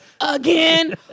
again